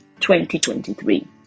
2023